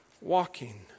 walking